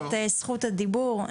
את זכות הדיבור.